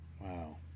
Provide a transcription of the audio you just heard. Wow